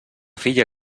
filla